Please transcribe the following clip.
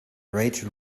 rachel